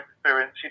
experience